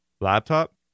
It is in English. laptop